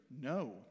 no